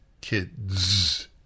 Kids